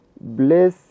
bless